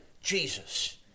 Jesus